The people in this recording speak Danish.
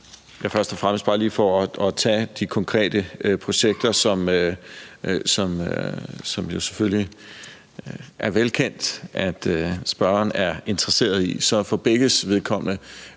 Engelbrecht): For lige at tage de konkrete projekter, som det selvfølgelig er velkendt at spørgeren er interesseret i, så får vi for begges vedkommende